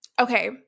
okay